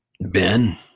Ben